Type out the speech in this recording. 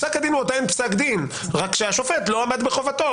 פסק הדין הוא עדיין פסק דין אלא שהשופט לא עמד בחובתו,